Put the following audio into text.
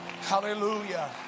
Hallelujah